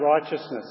righteousness